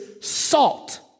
salt